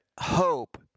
hope